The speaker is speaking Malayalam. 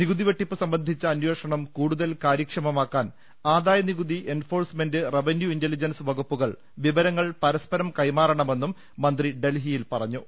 നികുതി വെട്ടിപ്പ് സംബന്ധിച്ച അന്വേഷണം കൂടു തൽ കാരൃക്ഷമമാക്കാൻ ആദായി നികുതി എൻഫോഴ്സ്മെന്റ് റവന്യൂ ഇന്റലിജൻസ് വകുപ്പുകൾ വിവരങ്ങൾ പരസ്പരം കൈമാ റണമെന്നും മന്ത്രി ഡൽഹിയിൽ പറഞ്ഞു